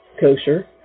kosher